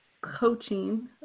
coaching